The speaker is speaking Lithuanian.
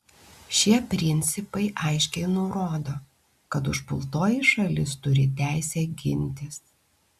šie principai aiškiai nurodo kad užpultoji šalis turi teisę gintis